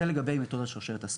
זה לגבי מתודת שרשרת האספקה.